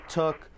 took